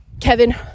Kevin